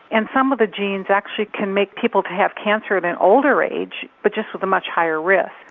and some of the genes actually can make people have cancer at an older age but just with a much higher risk.